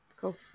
Cool